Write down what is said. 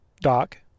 doc